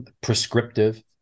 prescriptive